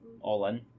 all-in